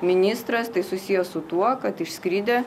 ministras tai susiję su tuo kad išskridę